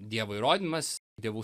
dievo įrodymas dievų